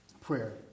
prayer